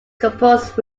composed